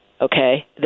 okay